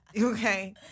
okay